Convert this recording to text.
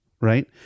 right